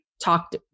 talked